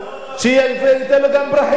שייתנו לו גם פרחים.